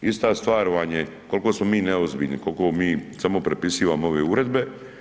Ista stvar vam je koliko smo mi neozbiljni, koliko mi sam prepisivamo ove uredbe.